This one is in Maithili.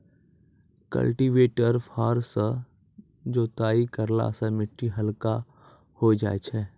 कल्टीवेटर फार सँ जोताई करला सें मिट्टी हल्का होय जाय छै